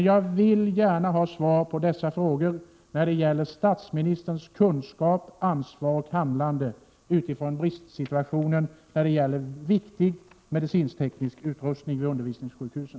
Jag vill gärna ha ett svar på dessa frågor som gäller statsministerns kunskap, ansvar och handlande i den bristsituation som råder för viktig medicinsk-teknisk utrustning vid undervisningssjukhusen.